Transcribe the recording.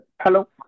Hello